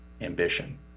ambition